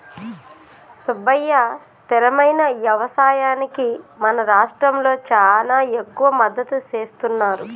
సుబ్బయ్య స్థిరమైన యవసాయానికి మన రాష్ట్రంలో చానా ఎక్కువ మద్దతు సేస్తున్నారు